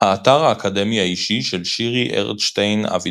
האתר האקדמי האישי של שירי ארטשטיין-אבידן